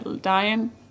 dying